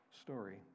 story